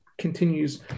continues